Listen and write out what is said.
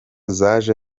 zaje